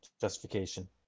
justification